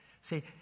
See